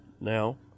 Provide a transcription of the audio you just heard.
now